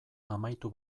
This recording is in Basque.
amaitu